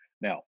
Now